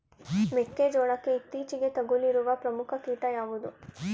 ಮೆಕ್ಕೆ ಜೋಳಕ್ಕೆ ಇತ್ತೀಚೆಗೆ ತಗುಲಿರುವ ಪ್ರಮುಖ ಕೀಟ ಯಾವುದು?